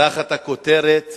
תחת הכותרת